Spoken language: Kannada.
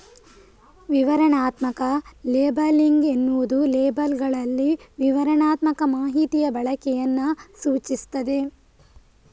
ವಿವರಣಾತ್ಮಕ ಲೇಬಲಿಂಗ್ ಎನ್ನುವುದು ಲೇಬಲ್ಲುಗಳಲ್ಲಿ ವಿವರಣಾತ್ಮಕ ಮಾಹಿತಿಯ ಬಳಕೆಯನ್ನ ಸೂಚಿಸ್ತದೆ